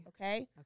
Okay